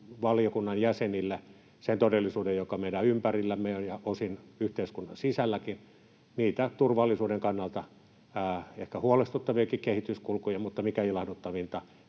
valiokunnan jäsenille sen todellisuuden, joka meidän ympärillämme on ja osin yhteiskunnan sisälläkin, niitä turvallisuuden kannalta ehkä huolestuttaviakin kehityskulkuja, mutta mikä ilahduttavinta,